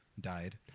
died